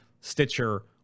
Stitcher